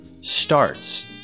starts